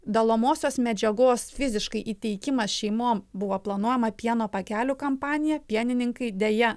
dalomosios medžiagos fiziškai įteikimas šeimom buvo planuojama pieno pakelių kampanija pienininkai deja